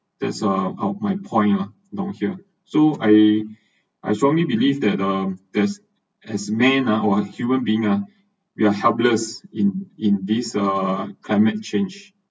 that’s uh my point lah along here so I I strongly believe that um as as man uh or human being uh we are helpless in in this uh climate change